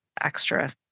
extra